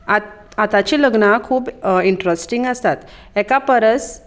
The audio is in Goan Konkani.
आत आतांची लग्नां खूब इंट्रस्टींग आसात एका परस